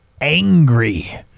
angry